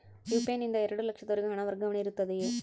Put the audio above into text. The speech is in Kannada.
ಯು.ಪಿ.ಐ ನಿಂದ ಎರಡು ಲಕ್ಷದವರೆಗೂ ಹಣ ವರ್ಗಾವಣೆ ಇರುತ್ತದೆಯೇ?